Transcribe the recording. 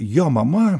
jo mama